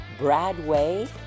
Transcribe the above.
Bradway